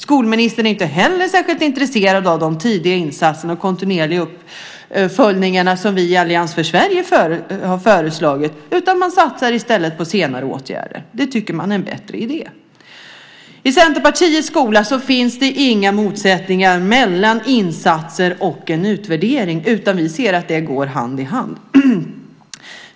Skolministern är inte heller särskilt intresserad av de tidiga insatser och de kontinuerliga uppföljningar som vi i Allians för Sverige har föreslagit. Man satsar i stället på senare åtgärder. Det tycker man är en bättre idé. I Centerpartiets skola finns det inga motsättningar mellan insatser och utvärdering. Vi ser att det går hand i hand.